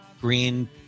Green